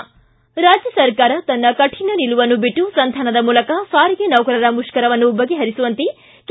ಿ ರಾಜ್ಯ ಸರ್ಕಾರ ತನ್ನ ಕಠಿಣ ನಿಲುವನ್ನು ಬಿಟ್ಟು ಸಂಧಾನದ ಮೂಲಕ ಸಾರಿಗೆ ನೌಕರರ ಮುಷ್ಕರವನ್ನು ಬಗೆಹರಿಸುವಂತೆ ಕೆ